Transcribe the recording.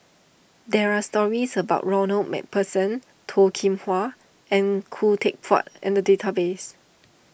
there are stories about Ronald MacPherson Toh Kim Hwa and Khoo Teck Puat in the database